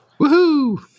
Woohoo